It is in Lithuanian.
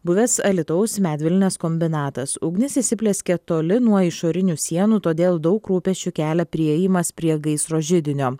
buvęs alytaus medvilnės kombinatas ugnis įsiplieskė toli nuo išorinių sienų todėl daug rūpesčių kelia priėjimas prie gaisro židinio